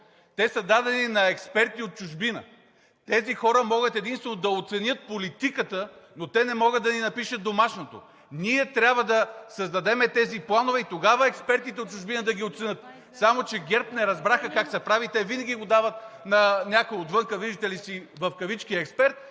Те са дадени на експерти от чужбина. Тези хора могат единствено да оценят политиката, но те не могат да ни напишат домашното. Ние трябва да създадем тези планове и тогава експертите от чужбина да ги оценят. Само че ГЕРБ не разбраха как се прави. Те винаги го дават на някой отвън – виждате ли, в кавички експерт,